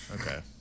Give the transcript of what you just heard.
Okay